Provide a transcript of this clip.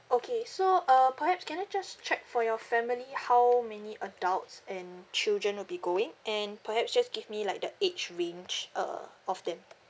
okay so uh perhaps can I just check for your family how many adults and children will be going and perhaps just give me like the age range uh of them